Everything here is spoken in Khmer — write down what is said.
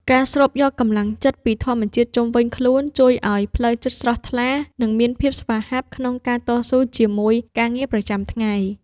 ការស្រូបយកកម្លាំងចិត្តពីធម្មជាតិជុំវិញខ្លួនជួយឱ្យផ្លូវចិត្តស្រស់ថ្លា និង មានភាពស្វាហាប់ក្នុងការតស៊ូជាមួយការងារប្រចាំថ្ងៃ។